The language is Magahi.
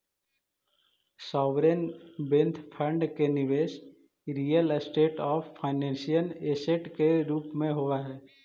सॉवरेन वेल्थ फंड के निवेश रियल स्टेट आउ फाइनेंशियल ऐसेट के रूप में होवऽ हई